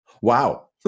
Wow